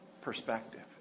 perspective